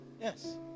Yes